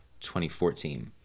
2014